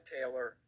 Taylor